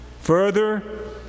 Further